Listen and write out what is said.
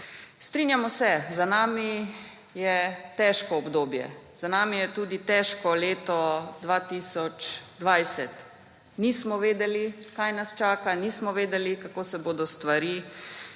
Strinjamo se, da je za nami težko obdobje. Za nami je tudi težko leto 2020. Nismo vedeli, kaj nas čaka, nismo vedeli, kako se bodo stvari